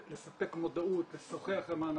לספק מודעות, לשוחח עם האנשים.